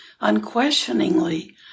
unquestioningly